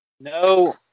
No